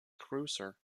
cruiser